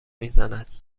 میزند